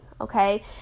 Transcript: okay